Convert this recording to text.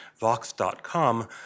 Vox.com